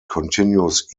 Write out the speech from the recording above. continues